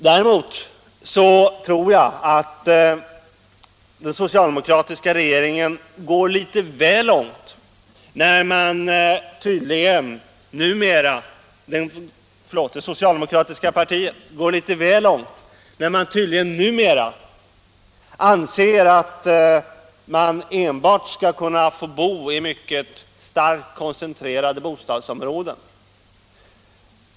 Däremot tror jag att det socialdemokratiska partiet går litet väl långt när det tydligen numera anser att man enbart skall kunna få bo i mycket starkt koncentrerade bostadsområden.